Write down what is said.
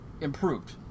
improved